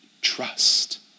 trust